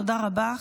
תודה רבה.